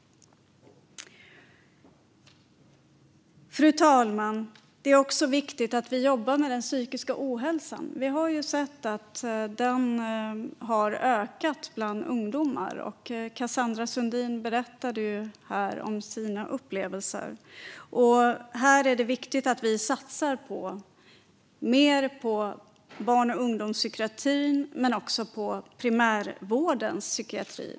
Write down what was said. Fru talman! Det är också viktigt att vi jobbar med den psykiska ohälsan. Vi har sett att den har ökat bland ungdomar. Cassandra Sundin berättade om sina upplevelser. Här är det viktigt att vi satsar mer på barn och ungdomspsykiatrin och även på primärvårdens psykiatri.